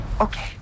Okay